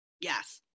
Yes